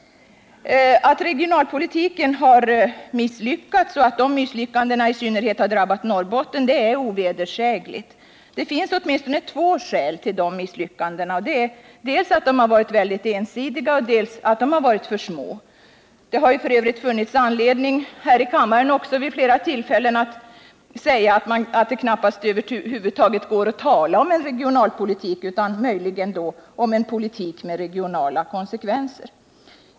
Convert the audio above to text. Att regionalpolitiken har misslyckats och att misslyckandena i synnerhet har drabbat Norrbotten är ovedersägligt. Det finns åtminstone två skäl till dessa misslyckanden, och det är dels att insatserna har varit väldigt ensidiga, dels att de har varit för små. F. ö. har det funnits anledning att vid flera tillfällen också här i kammaren säga att det över huvud taget knappast går att tala om en regionalpolitik, utan möjligen om en politik med regionala konsekvenser.